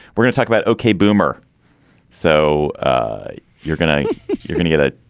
we're gonna talk about okay. boomer so ah you're gonna you're gonna get it.